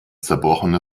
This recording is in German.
zerbrochene